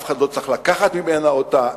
אף אחד לא צריך לקחת ממנה אותה,